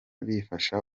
bifasha